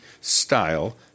style